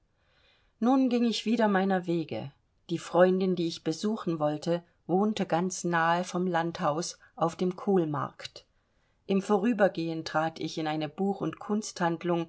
nun ging ich wieder meiner wege die freundin die ich besuchen wollte wohnte ganz nahe vom landhaus auf dem kohlmarkt im vorübergehen trat ich in eine buch und